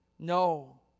No